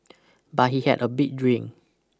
but he had a big dream